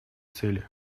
цели